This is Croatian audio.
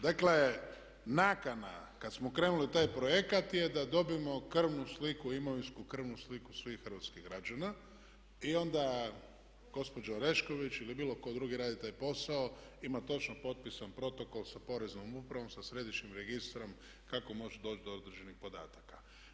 Dakle, nakana kad smo krenuli u taj projekt je da dobijemo krvnu sliku imovinsku svih hrvatskih građana i onda gospođa Orešković ili bilo tko drugi tko bi radio taj posao ima točno propisan protokol sa Poreznom upravom sa središnjim registrom kako može doći do određenih podataka.